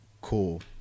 Cool